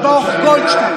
של ברוך גולדשטיין.